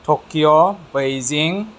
Tokyo Beijing